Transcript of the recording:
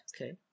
Okay